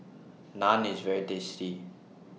Naan IS very tasty